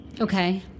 Okay